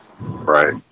Right